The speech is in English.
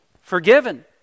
forgiven